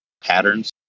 patterns